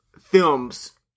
films